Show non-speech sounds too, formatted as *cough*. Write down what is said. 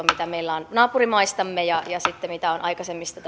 *unintelligible* mitä meillä on naapurimaistamme ja mitä on aikaisemmista *unintelligible*